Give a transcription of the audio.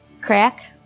crack